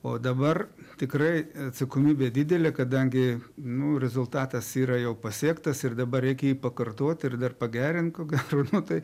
o dabar tikrai atsakomybė didelė kadangi nu rezultatas yra jau pasiektas ir dabar reikia jį pakartot ir dar pagerint ko gero nu tai